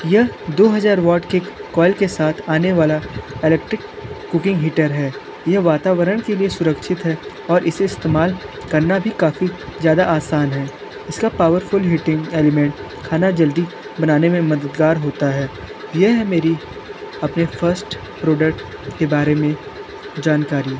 यह दो हज़ार वॉट के कोइल के साथ आने वाला इलेक्ट्रिक कुकिंग हीटर है यह वातावरण के लिए सुरक्षित है और इसे इस्तेमाल करना भी काफ़ी ज़्यादा आसान है इस का पावरफुल हीटींग ऐलिमेंट खाना जल्दी बनाने में मददगार होता है ये है मेरी अपने फर्स्ट प्रॉडक्ट के बारे में जानकारी